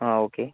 ആ ഓക്കെ